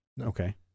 okay